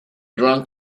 drunk